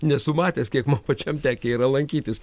nesu matęs kiek man pačiam tekę yra lankytis